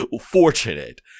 fortunate